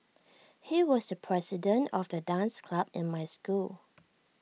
he was the president of the dance club in my school